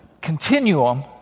continuum